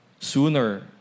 sooner